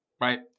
Right